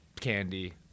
candy